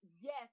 yes